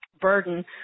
burden